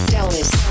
Dallas